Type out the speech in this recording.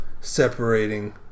separating